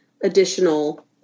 additional